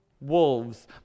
wolves